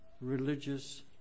religious